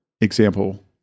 example